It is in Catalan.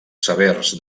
severs